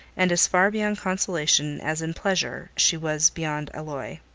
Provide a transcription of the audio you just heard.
and as far beyond consolation as in pleasure she was beyond alloy.